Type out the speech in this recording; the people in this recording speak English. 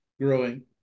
growing